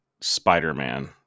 Spider-Man